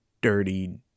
dirty